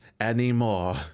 anymore